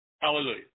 Hallelujah